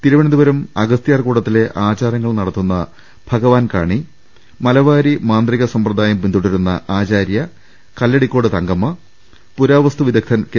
തിരുവനന്തപുരം അഗസ്യാർകൂടത്തിലെ ആചാരങ്ങൾ നടത്തുന്ന ഭഗവാൻ കാണി മലവാരി മാന്ത്രിക സമ്പ്രദായം പിന്തുടരുന്ന ആചാര്യ കല്ലടിക്കോട് തങ്കമ്മ പുരാവസ്തു വിദഗ്ധൻ കെ